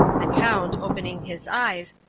the count, opening his eyes,